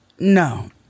No